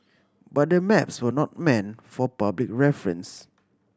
but the maps were not meant for public reference